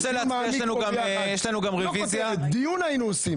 מקיימים כאן דיון מעמיק ביחד.